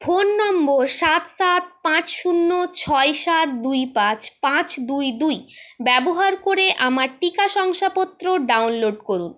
phone নম্বর সাত সাত পাঁচ শূন্য ছয় সাত দুই পাঁচ পাঁচ দুই দুই ব্যবহার করে আমার টিকা শংসাপত্র ডাউনলোড করুন